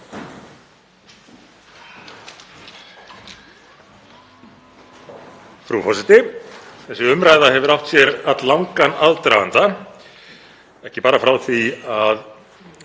Þessi umræða hefur átt sér alllangan aðdraganda, ekki bara frá því að